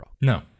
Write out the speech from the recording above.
No